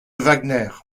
wagner